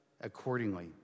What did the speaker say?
accordingly